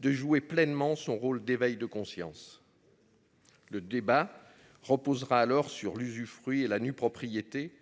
de jouer pleinement son rôle d'éveil de conscience. Le débat reposera alors sur l'usufruit la nue-propriété